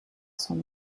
sont